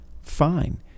fine